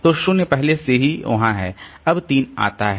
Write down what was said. तो 0 पहले से ही वहां है अब 3 आता है